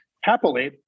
happily